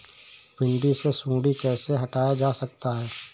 भिंडी से सुंडी कैसे हटाया जा सकता है?